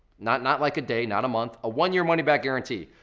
not not like a day, not a month, a one year money back guarantee.